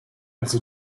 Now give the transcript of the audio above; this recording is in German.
also